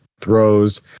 Throws